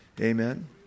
Amen